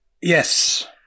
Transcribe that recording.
Yes